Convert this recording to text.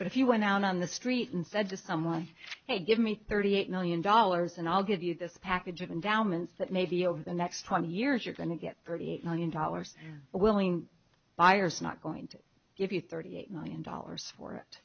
but if you went out on the street and said to someone hey give me thirty eight million dollars and i'll give you this package of an down ment's that maybe over the next twenty years you're going to get thirty eight million dollars willing buyers not going to give you thirty eight million dollars for it